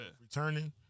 returning